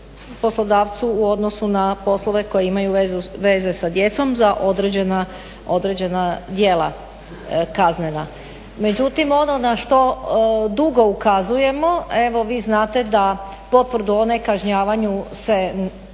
poslodavcu u odnosu na poslove koji imaju veze sa djecom za određena djela kaznena. Međutim ono na što dugo ukazujemo, evo vi znate da potvrdu o nekažnjavanju se ne